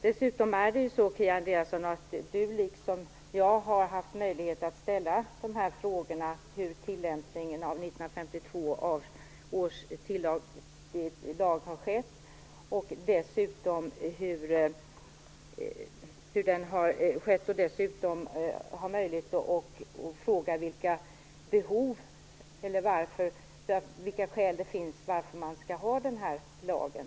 Dessutom har Kia Andreasson liksom jag haft möjlighet att ställa frågan hur tillämpningen av 1952 års lag har skett och också frågan vilka skäl det finns för att ha den här lagen.